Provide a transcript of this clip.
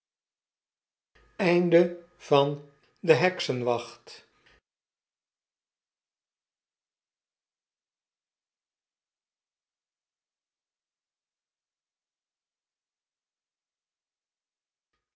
waarheen de heksenwacht